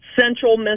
central